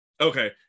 Okay